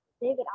David